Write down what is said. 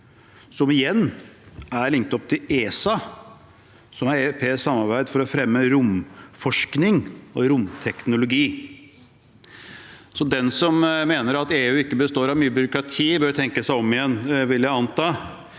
som igjen er linket opp til ESA, som er et europeisk samarbeid for å fremme romforskning og romteknologi. Så den som mener at EU ikke består av mye byråkrati, bør tenke om igjen. Det er godt